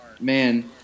Man